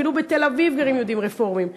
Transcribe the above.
אפילו בתל-אביב גרים יהודים רפורמים.